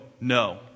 no